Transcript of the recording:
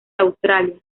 australia